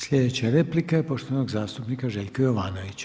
Slijedeća replika je poštovanog zastupnika Željka Jovanovića.